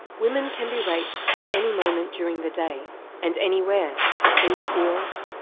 women can be raped at any moment during the day and anywhere in the fields,